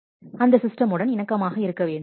எனவே அது அந்த சிஸ்டமுடன் இணக்கமாக இருக்க வேண்டும்